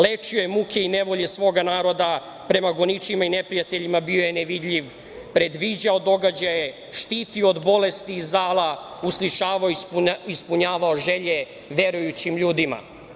Lečio je muke i nevolje svoga naroda, prema goničima i neprijateljima bio je nevidljiv, predviđao događaje, štitio od bolesti i zala, uslišavao i ispunjavao želje verujućim ljudima.